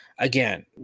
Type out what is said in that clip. Again